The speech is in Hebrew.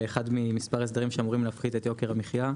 מספר משמעותי של ייבוא של פירות וירקות נמנע.